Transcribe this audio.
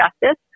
justice